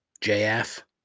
J-F